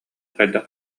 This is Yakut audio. хайдах